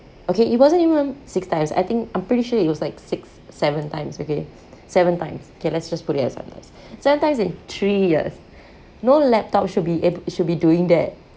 okay it wasn't even six times I think I'm pretty sure it was like six seven times okay seven times okay let's just put it as seven times seven times in three years no laptop should be a~ should be doing that